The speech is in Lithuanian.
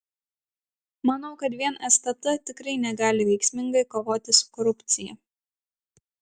manau kad vien stt tikrai negali veiksmingai kovoti su korupcija